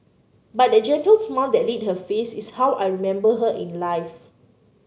but that gentle smile that lit her face is how I remember her in life